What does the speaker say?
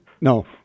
No